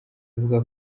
avuga